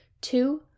Two